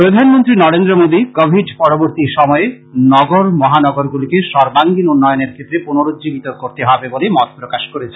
প্রধানমন্ত্রী নরেন্দ্র মোদি কোভিড পরবর্তি সময়ে নগর মহানগরগুলিকে সর্বাঙ্গীন উন্নয়নের ক্ষেত্রে পুনরুজ্জীবিত করতে হবে বলে মত প্রকাশ করেছেন